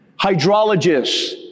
Hydrologists